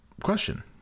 question